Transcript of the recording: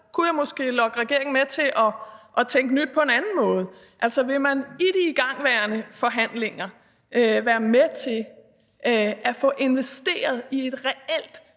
kunne jeg måske lokke regeringen til at være med til at tænke nyt på en anden måde. Altså, vil man i de igangværende forhandlinger være med til at få investeret i et reelt